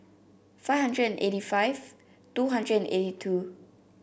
five hundred and eighty five two hundred and eighty two